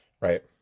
Right